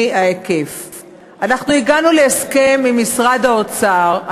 אנחנו הגענו להסכם עם משרד האוצר,